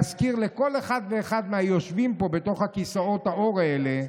להזכיר לכל אחד ואחד מהיושבים פה בכיסאות העור האלה,